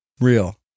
Real